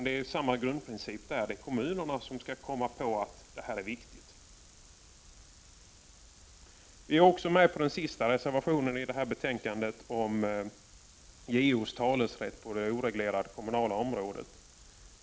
Det är kommunerna som skall komma på att det här är viktigt. Vi är också med på den sista reservationen i betänkandet, vilken gäller JO:s talesrätt på det oreglerade kommunala området.